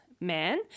man